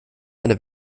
eine